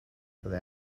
byddai